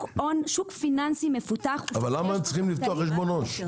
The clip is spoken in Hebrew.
שוק פיננסי מפותח --- אבל למה הם צריכים לפתוח חשבון עו"ש?